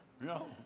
No